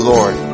Lord